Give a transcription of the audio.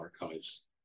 archives